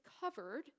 covered